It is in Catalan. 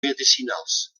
medicinals